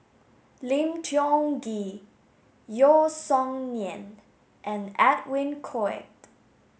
Lim Tiong Ghee Yeo Song Nian and Edwin Koek